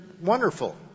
wonderful